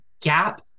gap